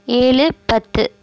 ஏழு பத்து